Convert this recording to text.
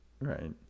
Right